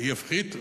יפחית,